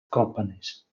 companies